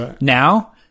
now